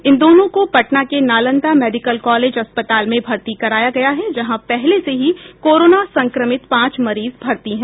इन दोनों को पटना के नालंदा मेडिकल कॉलेज अस्पताल में भर्ती कराया गया है जहां पहले से ही कोरोना संक्रमित पांच मरीज भर्ती हैं